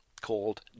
called